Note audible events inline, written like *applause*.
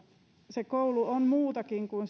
se koulu on muutakin kuin *unintelligible*